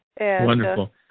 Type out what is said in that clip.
Wonderful